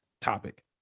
topic